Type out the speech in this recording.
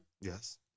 Yes